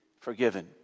forgiven